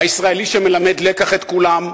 הישראלי שמלמד לקח את כולם,